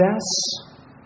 success